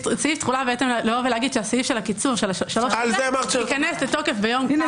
סעיף תחולה לומר שהסעיף של הקיצור ייכנס לתוקף ביום זה